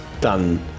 done